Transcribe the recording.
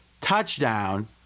touchdown